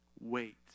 Wait